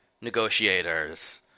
negotiators